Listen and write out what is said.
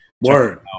Word